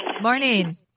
Morning